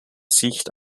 sicht